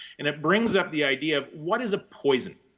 and it brings up the idea of, what is a poison?